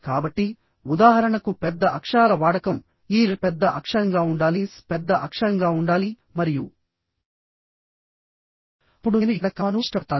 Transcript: కాబట్టి ఉదాహరణకు పెద్ద అక్షరాల వాడకం ఈ R పెద్ద అక్షరంగా ఉండాలి S పెద్ద అక్షరంగా ఉండాలి మరియు అప్పుడు నేను ఇక్కడ కామాను ఇష్టపడతాను